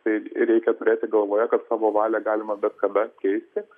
tai reikia turėti galvoje kad savo valią galima bet kada keisti